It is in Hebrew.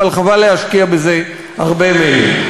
אבל חבל להשקיע בזה הרבה מלל.